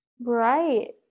Right